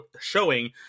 showing